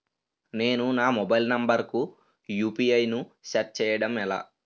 నేను నా mobile number కుయు.పి.ఐ ను సెట్ చేయడం ఎలా?